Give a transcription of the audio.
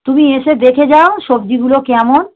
তুমি এসে দেখে যাও সবজিগুলো কেমন